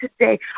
today